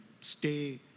stay